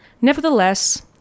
Nevertheless